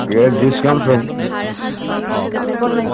discount সব